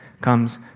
comes